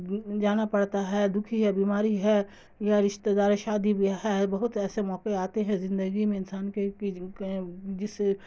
جانا پڑتا ہے دکھی ہے بیماری ہے یا رشتہ دار شادی بھی ہے بہت ایسے موقع آتے ہیں زندگی میں انسان کے جس